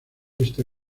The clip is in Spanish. este